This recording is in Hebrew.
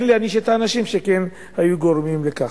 כן להעניש את האנשים שכן היו הגורמים לכך.